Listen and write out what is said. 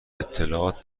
اطلاعات